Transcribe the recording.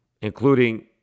Including